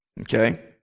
okay